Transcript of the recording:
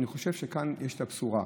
אני חושב שכאן יש את הבשורה,